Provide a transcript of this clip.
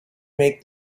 make